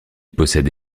possède